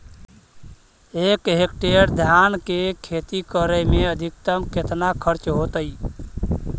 एक हेक्टेयर धान के खेती करे में अधिकतम केतना खर्चा होतइ?